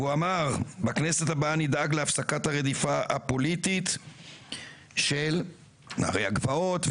והוא אמר: "בכנסת הבאה נדאג להפסקת הרדיפה הפוליטית של נערי הגבעות,